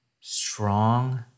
strong